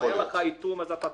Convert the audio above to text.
אם אין לך איטום, תשלם.